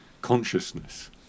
consciousness